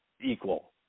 equal